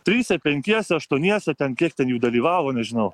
trise penkiese aštuoniese ten kiek ten jų dalyvavo nežinau